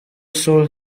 soul